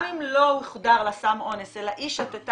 גם אם לא הוחדר לה סם אונס אלא היא שתתה,